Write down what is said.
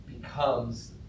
becomes